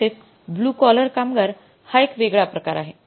तसेच blue collar कामगार हा एक वेगळा प्रकार आहे